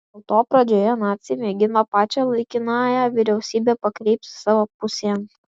dėl to pradžioje naciai mėgino pačią laikinąją vyriausybę pakreipti savo pusėn